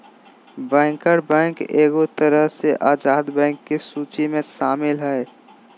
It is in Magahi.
बैंकर बैंक एगो तरह से आजाद बैंक के सूची मे शामिल हय